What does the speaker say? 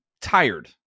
tired